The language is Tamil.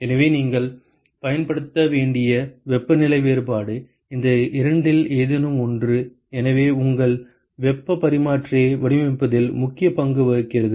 எனவே நீங்கள் பயன்படுத்த வேண்டிய வெப்பநிலை வேறுபாடு இந்த இரண்டில் ஏதேனும் ஒன்று எனவே உங்கள் வெப்பப் பரிமாற்றியை வடிவமைப்பதில் முக்கிய பங்கு வகிக்கிறது